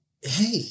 hey